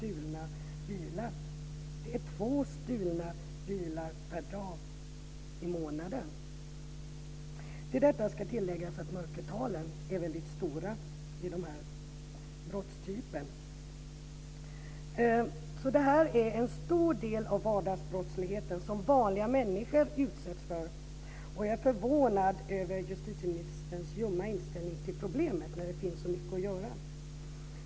Det är två stulna bilar per dag i månaden. Till detta ska läggas att mörkertalen är väldigt stora vad gäller denna brottstyp. Detta är en stor del av den vardagsbrottslighet om vanliga människor utsätts för. Jag är förvånad över justitieministerns ljumma inställning till problemet när det finns så mycket att göra.